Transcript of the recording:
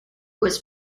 was